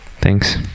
Thanks